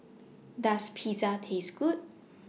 Does Pizza Taste Good